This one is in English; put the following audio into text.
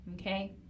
Okay